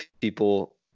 people